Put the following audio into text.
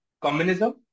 communism